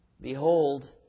Behold